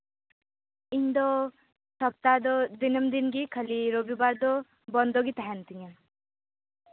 ᱤᱧ ᱫᱚ ᱥᱚᱯᱛᱟ ᱫᱚ ᱫᱤᱱᱟᱹᱢ ᱫᱤᱱ ᱜᱮ ᱠᱷᱟᱹᱞᱤ ᱨᱚᱵᱤ ᱵᱟᱨ ᱫᱚ ᱵᱚᱱᱫᱚ ᱜᱮ ᱛᱟᱦᱮᱱ ᱛᱤᱧᱟᱹ